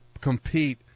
compete